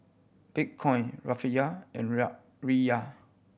Bitcoin Rufiyaa and Riyal